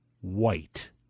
white